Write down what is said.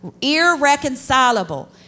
irreconcilable